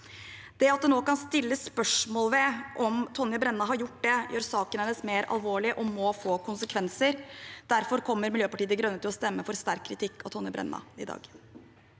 Det at det nå kan stilles spørsmål ved om Tonje Brenna har gjort det, gjør saken hennes mer alvorlig og må få konsekvenser. Derfor kommer Miljøpartiet De Grønne til å stemme for sterk kritikk av Tonje Brenna i dag.